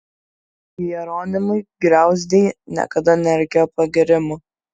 jeronimui griauzdei niekada nereikėjo pagyrimų